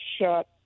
shot